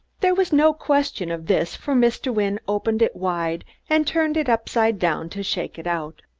there was no question of this, for mr. wynne opened it wide and turned it upside down to shake it out.